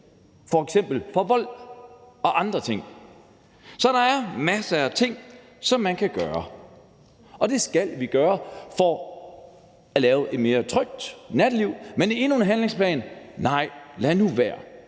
f.eks. for vold eller andre ting. Så der er masser af ting, som man kan gøre, og de ting skal vi gøre for at få et mere trygt natteliv – men endnu en handlingsplan? Nej, lad nu være.